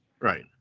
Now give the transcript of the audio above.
Right